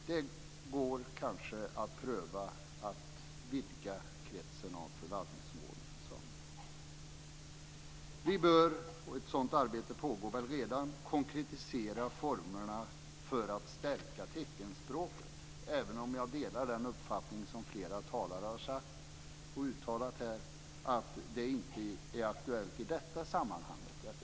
Det går kanske att pröva att vidga kretsen av förvaltningsområden för samerna. För det femte bör vi konkretisera formerna för att stärka teckenspråket, och ett sådant arbete pågår väl redan, även om jag delar den uppfattning som flera talare har uttalat här att det inte är aktuellt i detta sammanhang.